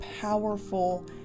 powerful